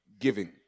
giving